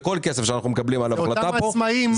לכל כסף שאנחנו מקבלים בהחלטה כאן,